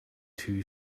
too